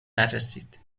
نرسید